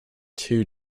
two